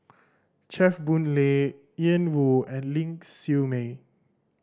Chew Boon Lay Ian Woo and Ling Siew May